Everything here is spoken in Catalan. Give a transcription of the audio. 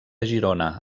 girona